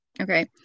Okay